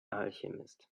alchemist